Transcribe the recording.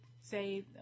say